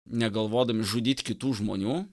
negalvodami žudyt kitų žmonių